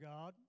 God